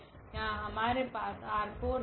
यहा हमारे पास R4 है